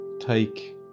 take